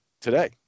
today